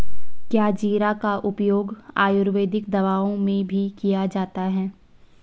क्या जीरा का उपयोग आयुर्वेदिक दवाओं में भी किया जाता है?